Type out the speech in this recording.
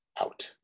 out